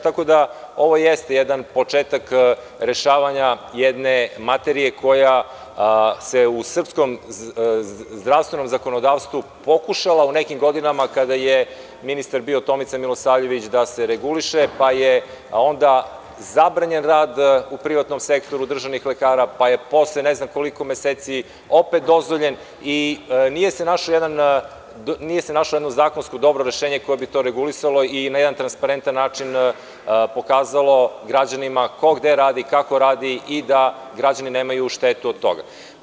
Tako da, ovo jeste jedan početak rešavanja jedne materije koja se u srpskom zdravstvenom zakonodavstvu pokušala u nekim godinama kada je ministar bio Tomica Milosavljević da se reguliše, pa je onda zabranjen rad u privatnom sektoru državnih lekara, pa je posle ne znam koliko meseci opet dozvoljen i nije se našlo jedno zakonsko dobro rešenje koje bi to regulisalo i na jedan transparentan način pokazalo građanima ko gde radi, kako radi i da građani nemaju štetu od toga.